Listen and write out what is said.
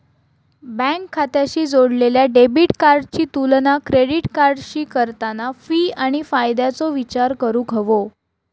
bank खात्याशी जोडलेल्या debit कार्डाची तुलना क्रेडिट कार्डाशी करताना फी आणि फायद्याचो विचार करूक हवो